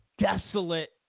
desolate